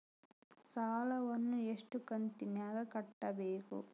ಸಾಲವನ್ನ ಎಷ್ಟು ಕಂತಿನಾಗ ಕಟ್ಟಬೇಕು?